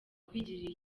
kwigirira